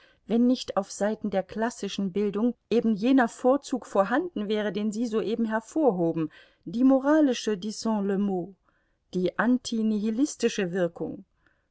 wenn nicht auf seiten der klassischen bildung eben jener vorzug vorhanden wäre den sie soeben hervorhoben die moralische disons le mot die antinihilistische wirkung